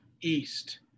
East